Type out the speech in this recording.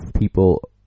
people